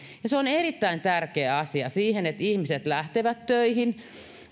se on erittäin tärkeä asia sen kannalta että ihmiset lähtevät töihin